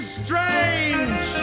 strange